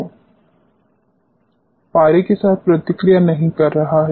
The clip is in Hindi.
छात्र पारा के साथ प्रतिक्रिया नहीं कर रहा है